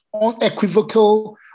unequivocal